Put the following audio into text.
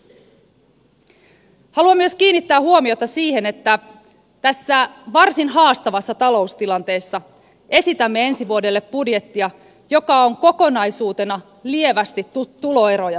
haluan myös kiinnittää huomiota siihen että tässä varsin haastavassa taloustilanteessa esitämme ensi vuodelle budjettia joka on kokonaisuutena lievästi tuloeroja tasaava